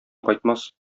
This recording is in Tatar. кайтмас